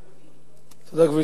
בבקשה.